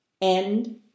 End